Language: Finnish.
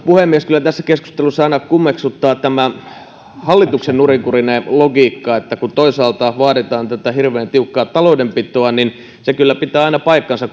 puhemies kyllä tässä keskustelussa aina kummeksuttaa tämä hallituksen nurinkurinen logiikka kun toisaalta vaaditaan tätä hirveän tiukkaa taloudenpitoa se kyllä pitää aina paikkansa